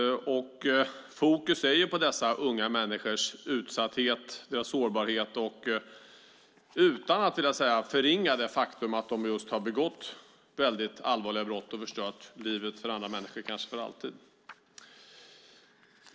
Fokus ligger på de ungas utsatthet och sårbarhet, dock utan att förringa det faktum att de har begått allvarliga brott och förstört livet för andra människor, kanske för alltid.